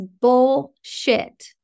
bullshit